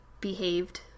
behaved